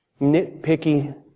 nitpicky